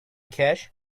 cash